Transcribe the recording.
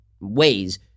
ways